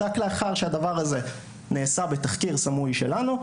רק לאחר שהדבר הזה נעשה בתחקיר סמוי שלנו,